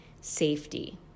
safety